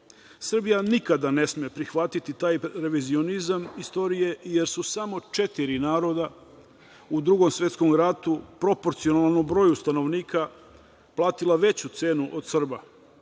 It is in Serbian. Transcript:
Srbija nikada ne sme prihvatiti taj revizionizam istorije jer su samo četiri naroda u Drugom svetskom ratu proporcionalno broju stanovnika platila veću cenu od Srba.